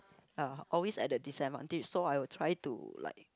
uh always at the disadvantage so I will try to like